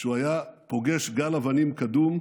כשהוא היה פוגש גל אבנים קדום,